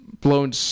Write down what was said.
blown